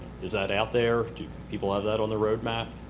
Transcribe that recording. is that out there? do people have that on the roadmap?